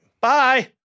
Bye